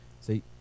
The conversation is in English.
See